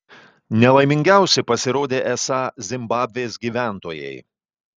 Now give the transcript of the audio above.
nelaimingiausi pasirodė esą zimbabvės gyventojai